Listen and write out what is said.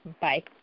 Bye